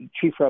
Chief